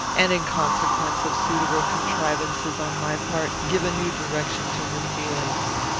and in consequence of suitable contrivances on my part, give a new direction to her feelings.